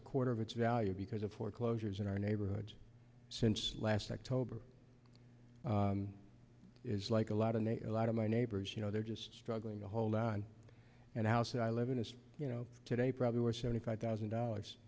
a quarter of its value because of foreclosures in our neighborhood since last october is like a lot and a lot of my neighbors you know they're just struggling to hold on and house i live in is you know today probably were seventy five thousand dollars